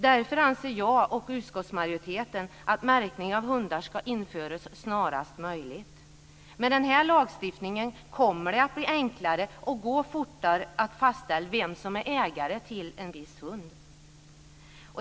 Därför anser jag och utskottsmajoriteten att märkning av hundar ska införas snarast möjligt. Med den här lagstiftningen kommer det att bli enklare och gå fortare att fastställa vem som är ägare till en viss hund.